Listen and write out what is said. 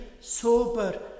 sober